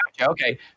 Okay